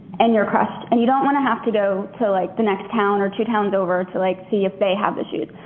and you're crushed. and you don't want to have to go to like the next town or two towns over to like see they have the shoes.